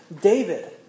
David